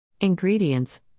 Ingredients